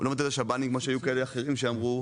הוא לא מבטל השב"נים כמו שהיו כאלה אחרים שאמרו,